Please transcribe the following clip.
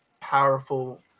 powerful